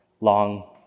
long